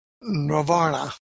nirvana